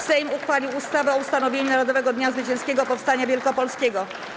Sejm uchwalił ustawę o ustanowieniu Narodowego Dnia Zwycięskiego Powstania Wielkopolskiego.